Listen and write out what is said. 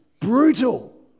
brutal